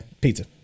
pizza